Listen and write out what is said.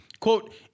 Quote